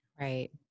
Right